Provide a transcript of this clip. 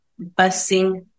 busing